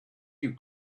you